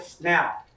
now